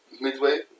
midway